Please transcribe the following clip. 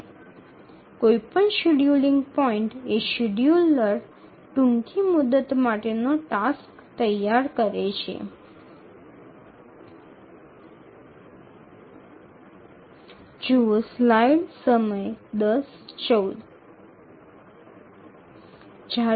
যে কোনও সময়সূচী স্থানে শিডিয়ুলার সবচেয়ে সংক্ষিপ্ত সময়সীমার জন্য প্রস্তুত কার্যটি প্রেরণ করে